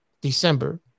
December